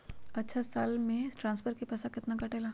अछा साल मे ट्रांसफर के पैसा केतना कटेला?